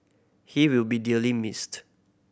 he will be dearly missed